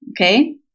okay